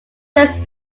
just